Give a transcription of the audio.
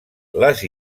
les